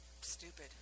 stupid